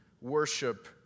worship